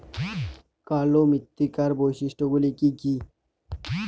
কালো মৃত্তিকার বৈশিষ্ট্য গুলি কি কি?